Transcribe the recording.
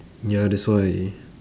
ya that's why